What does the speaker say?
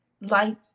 light